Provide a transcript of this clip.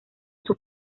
sus